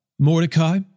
Mordecai